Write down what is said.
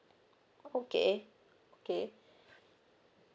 okay okay